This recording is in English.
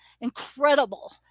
incredible